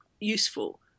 useful